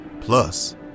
Plus